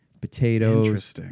potatoes